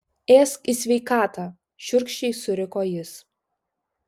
ėsk į sveikatą šiurkščiai suriko jis